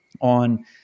on